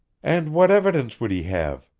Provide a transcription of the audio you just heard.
and what evidence would he have?